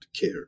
care